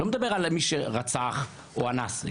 אני לא מדבר על מי שרצח או אנס.